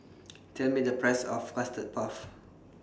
Tell Me The Price of Custard Puff